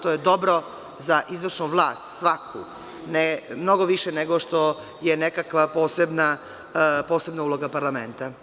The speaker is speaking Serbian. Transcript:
To je dobro za izvršnu vlast, svaku, mnogo više nego što je nekakva posebna uloga parlamenta.